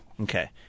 Okay